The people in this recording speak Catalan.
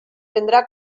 prendrà